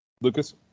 Lucas